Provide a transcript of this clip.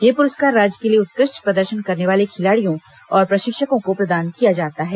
ये पुरस्कार राज्य के लिए उत्कृष्ट प्रदर्शन करने वाले खिलाड़ियों और प्रशिक्षकों को प्रदान किया जाता है